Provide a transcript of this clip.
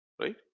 right